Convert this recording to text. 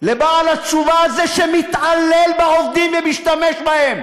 לבעל התשובה הזה, שמתעלל בעובדים ומשתמש בהם